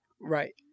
right